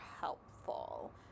helpful